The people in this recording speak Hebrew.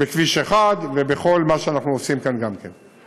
בכביש 1 ובכל מה שאנחנו עושים כאן גם כן.